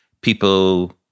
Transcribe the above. People